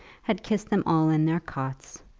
had kissed them all in their cots,